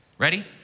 Ready